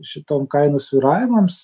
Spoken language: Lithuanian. šitom kainų svyravimams